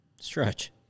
Stretch